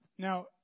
Now